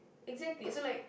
exactly so like